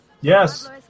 Yes